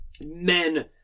men